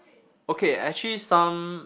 okay actually some